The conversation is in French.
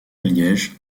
liège